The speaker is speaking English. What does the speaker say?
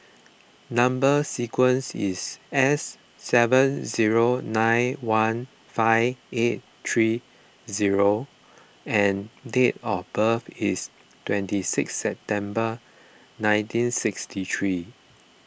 Number Sequence is S seven zero nine one five eight three zero and date of birth is twenty six September nineteen sixty three